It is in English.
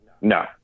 No